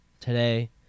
Today